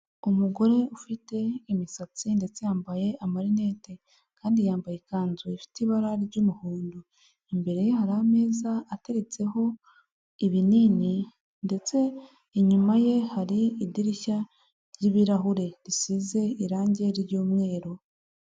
Umugore ufite imisatsi ndetse yambaye amarinete. Kandi yambaye ikanzu ifite ibara ry'umuhondo. Imbere ye hari ameza ateretseho ibinini, ndetse inyuma ye hari idirishya ry'ibirahure risize irangi ry'umweru.